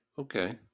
okay